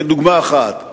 כדוגמה אחת,